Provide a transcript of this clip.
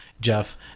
Jeff